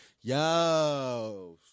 Yo